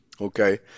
okay